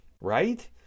right